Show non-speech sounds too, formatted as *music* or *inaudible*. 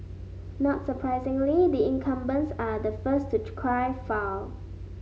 not surprisingly the incumbents are the first to *unintelligible* cry foul